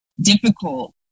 difficult